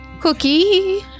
Cookie